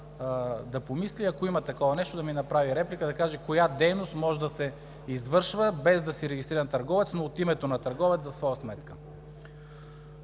да помисли и ако има такова нещо, да ми направи реплика. Да каже коя дейност може да се извършва, без да си регистриран търговец, но от името на търговец за своя сметка?!